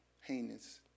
heinous